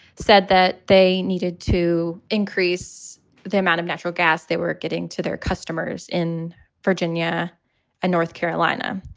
said that they needed to increase the amount of natural gas they were getting to their customers in virginia and north carolina.